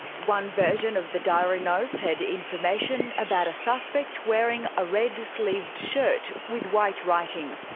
one version of the diary notes had information about a suspect wearing a red-sleeved shirt with white writing,